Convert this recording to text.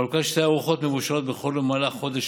חלוקת שתי ארוחות מבושלות בכל יום במהלך חודש